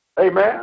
Amen